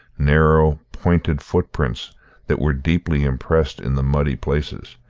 narrow, pointed footprints that were deeply impressed in the muddy places.